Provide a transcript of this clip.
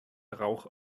rauch